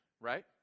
right